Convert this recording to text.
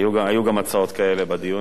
היו גם הצעות כאלה בדיון,